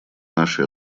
нашей